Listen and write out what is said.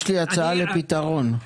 יש לי הצעה לפתרון.